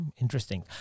Interesting